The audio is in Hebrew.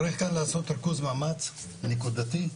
צריך לעשות ריכוז מאמץ נקודתי,